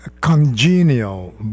congenial